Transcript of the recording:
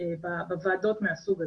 בוועדות מהסוג הזה.